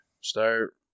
start